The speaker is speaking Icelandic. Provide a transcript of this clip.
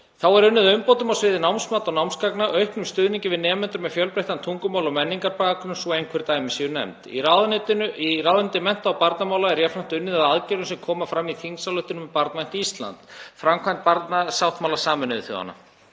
Þá er unnið að umbótum á sviði námsmats og námsgagna, auknum stuðningi við nemendur með fjölbreyttan tungumála- og menningarbakgrunn svo einhver dæmi séu nefnd. Í ráðuneyti mennta- og barnamála er jafnframt unnið að aðgerðum sem koma fram í þingsályktun um Barnvænt Ísland – framkvæmd barnasáttmála Sameinuðu þjóðanna.